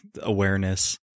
awareness